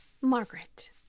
Margaret